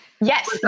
Yes